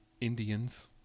indians